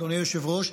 אדוני היושב-ראש,